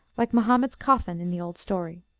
like mohammed's coffin in the old story.